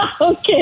Okay